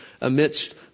amidst